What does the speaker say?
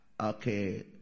Okay